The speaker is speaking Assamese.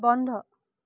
বন্ধ